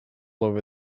over